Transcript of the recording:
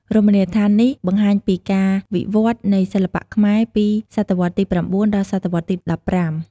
រមណីយដ្ឋាននេះបង្ហាញពីការវិវឌ្ឍន៍នៃសិល្បៈខ្មែរពីសតវត្សទី ៩ ដល់សតវត្សទី ១៥។